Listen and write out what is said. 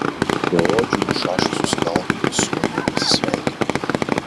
beodžiu nušašusiu skalpu jis su manimi pasisveikino